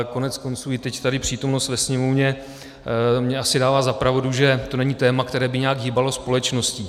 Koneckonců i teď přítomnost ve sněmovně mi asi dává za pravdu, že to není téma, které by nějak hýbalo společností.